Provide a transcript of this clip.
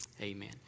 amen